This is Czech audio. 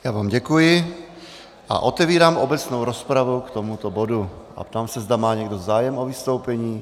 Já vám děkuji a otevírám obecnou rozpravu k tomuto bodu a ptám se, zda má někdo zájem o vystoupení.